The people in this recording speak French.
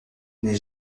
les